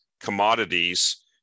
commodities